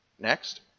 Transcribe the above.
Next